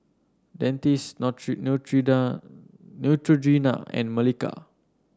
Dentiste Neutrogena and Molicare